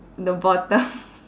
the bottom